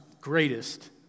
greatest